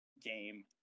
game